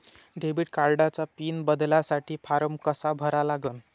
Debit कार्डचा pin बदलासाठी form कसा भरा लागन?